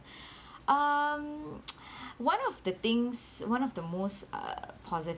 um one of the things one of the most uh positive